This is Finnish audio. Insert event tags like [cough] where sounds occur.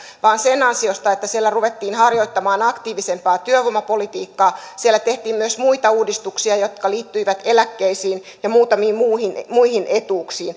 vaan sen ansiosta että siellä ruvettiin harjoittamaan aktiivisempaa työvoimapolitiikkaa siellä tehtiin myös muita uudistuksia jotka liittyivät eläkkeisiin ja muutamiin muihin muihin etuuksiin [unintelligible]